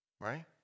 right